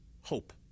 hope